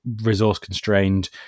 resource-constrained